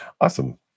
Awesome